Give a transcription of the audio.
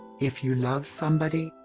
if you love somebody,